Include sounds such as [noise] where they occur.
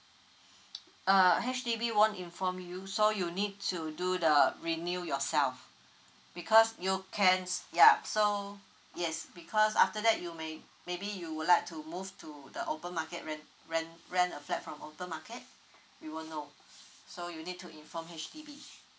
[breath] [noise] uh H_D_B won't inform you so you'll need to do the renew yourself because you can s~ ya so yes because after that you may maybe you would like to move to the open market rent rent rent a flat from open market [breath] we will know so you'll need to inform H_D_B